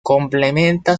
complementa